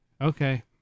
Okay